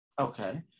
okay